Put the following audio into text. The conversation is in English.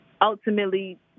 ultimately